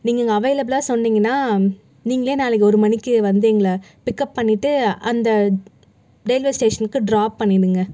நீங்கள் அவைலபிளாக சொன்னிங்கன்னா நீங்களே நாளைக்கு ஒரு மணிக்கு வந்து எங்களை பிக்கப் பண்ணிவிட்டு அந்த ரயில்வே ஸ்டேஷனுக்கு ட்ராப் பண்ணிவிடுங்க